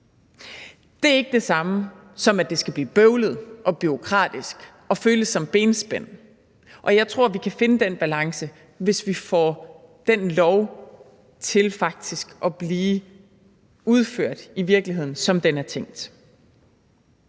Det er ikke det samme, som at det skal blive bøvlet og bureaukratisk og føles som benspænd. Og jeg tror, at vi kan finde den balance, hvis vi får den lov til faktisk at blive udført i virkeligheden, som den er tænkt.